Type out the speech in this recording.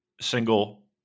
single